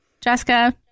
Jessica